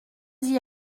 d’y